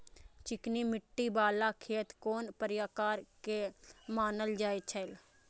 चिकनी मिट्टी बाला खेत कोन प्रकार के मानल जाय छै?